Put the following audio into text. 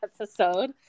episode